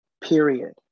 period